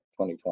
2020